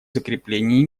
закреплении